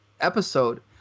episode